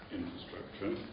infrastructure